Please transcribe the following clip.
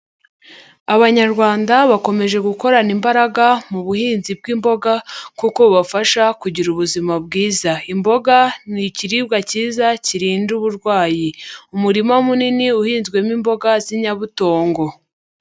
Abanyarwanda bakomeje gukorana imbaraga mu buhinzi bw'imboga kuko bubafasha kugira ubuzima bwiza. Imboga ni ikiribwa cyiza kirinda uburwayi. Umurima munini uhinzwemo imboga z'inyabutongo.